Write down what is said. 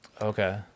okay